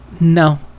no